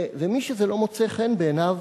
ומי שזה לא מוצא חן בעיניו